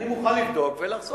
אני מוכן לבדוק ולחזור.